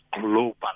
global